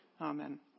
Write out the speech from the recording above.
Amen